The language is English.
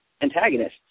antagonists